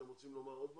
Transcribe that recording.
אתם רוצים לומר עוד משהו,